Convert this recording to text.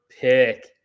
pick